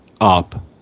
up